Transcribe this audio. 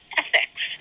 ethics